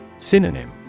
Synonym